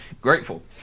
Grateful